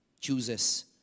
chooses